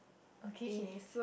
okay